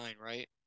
right